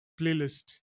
playlist